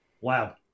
wow